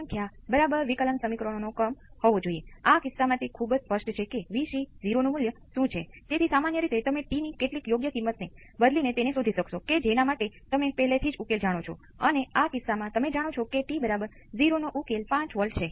વિદ્યાર્થી V s 0 તરફ તેથી સ્રોત મુક્ત સર્કિટ જ્યારે તમે સ્રોતને 0 પર સેટ કરો છો ત્યારે વિભેદક સમીકરણ જે સર્કિટ પર નિયંત્રણ કરે છે તે સજાતીય સમીકરણ છે